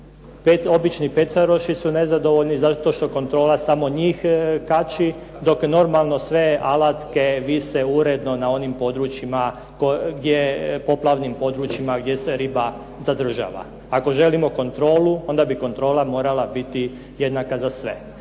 obični pecaroši su nezadovoljni zato što kontrola samo njih kači dok normalno sve alatke vise uredno na onim poplavnim područjima gdje se riba zadržava. Ako želimo kontrolu onda bi kontrola morala biti jednaka za sve.